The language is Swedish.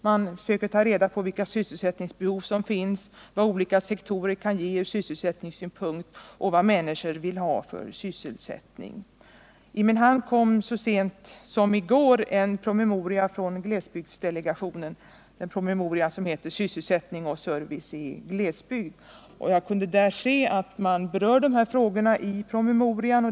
Man försöker ta reda på vilka sysselsättningsbehov som finns, vad olika sektorer kan ge från sysselsättningssynpunkt och vilken sysselsättning människor vill ha. I min hand kom så sent som i går en promemoria från glesbygdsdelega .tionen. Den heter Sysselsättning och service i glesbygd. I den promemorian berör man dessa frågor.